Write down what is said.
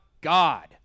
God